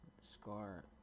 scar